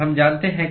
हम जानते हैं कि